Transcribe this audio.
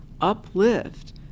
uplift